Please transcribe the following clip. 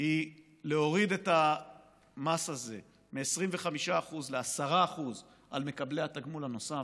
היא להוריד את המס הזה מ-25% ל-10% למקבלי התגמול הנוסף.